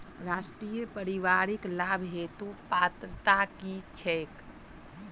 राष्ट्रीय परिवारिक लाभ हेतु पात्रता की छैक